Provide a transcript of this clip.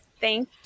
Thank